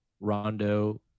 Rondo